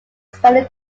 spending